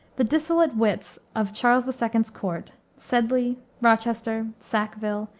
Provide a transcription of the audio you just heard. the dissolute wits of charles the second's court, sedley, rochester, sackville,